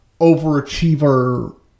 overachiever